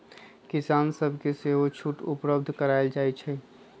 किसान सभके सेहो छुट उपलब्ध करायल जाइ छइ